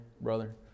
brother